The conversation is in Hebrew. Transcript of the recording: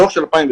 דוח של 2007,